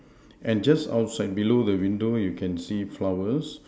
and just outside below the window you can see flowers